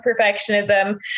perfectionism